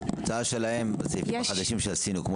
ההצעה שלהם בסעיפים החדשים שעשינו כמו